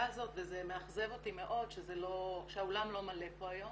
הזאת וזה מאכזב אותי מאוד שהאולם לא מלא פה היום.